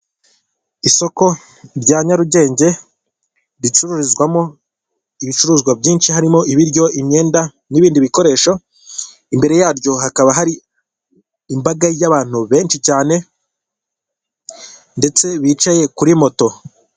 Isoko rya Nyarugenge ricururizwamo ibicuruzwa byinshi harimo ibiryo, imyenda n'ibindi bikoresho imbere yaryo hakaba hari imbaga y'abantu benshi cyane ndetse bicaye kuri moto.